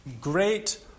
great